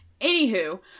Anywho